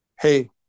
hey